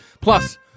Plus